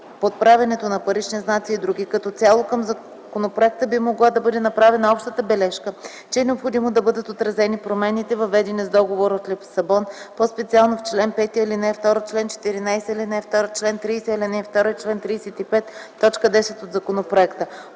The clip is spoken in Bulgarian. подправянето на парични знаци и др. Като цяло към законопроекта би могла да бъде направена общата бележка, че е необходимо да бъдат отразени промените, въведени с Договора от Лисабон, по-специално в чл. 5, ал. 2, чл. 14, ал. 2, чл. 30, ал. 2 и в чл. 35, т. 10 от законопроекта.